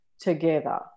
together